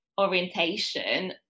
orientation